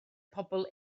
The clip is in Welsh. pobl